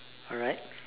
alright